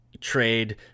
trade